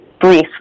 brief